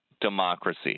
democracy